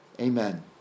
Amen